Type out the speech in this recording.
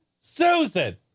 Susan